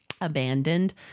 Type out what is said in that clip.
abandoned